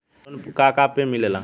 Loan का का पे मिलेला?